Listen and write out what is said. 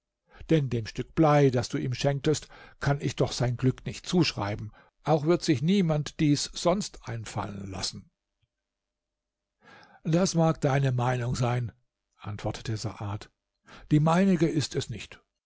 denn dem stück blei das du ihm schenktest kann ich doch sein glück nicht zuschreiben auch wird sich niemand dies sonst einfallen lassen das mag deine meinung sein antwortete saad die meinige ist es nicht